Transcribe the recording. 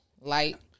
Light